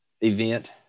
event